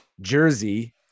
Jersey